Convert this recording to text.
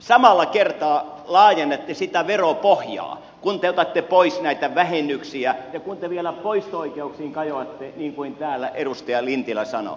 samalla kertaa laajennatte sitä veropohjaa kun te otatte pois näitä vähennyksiä ja kun te vielä poisto oikeuksiin kajoatte niin kuin täällä edustaja lintilä sanoi